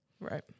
Right